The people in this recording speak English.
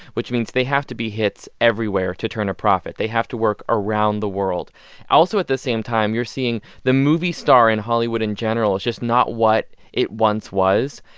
which means they have to be hits everywhere to turn a profit. they have to work around the world also, at the same time, you're seeing the movie star in hollywood in general is just not what it once was.